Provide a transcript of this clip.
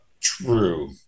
True